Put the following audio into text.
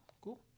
Cool